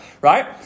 right